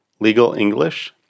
legalenglish